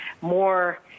more